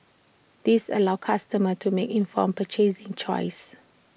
this allows customers to make informed purchasing choices